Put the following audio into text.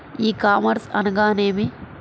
ఈ కామర్స్ అనగా నేమి?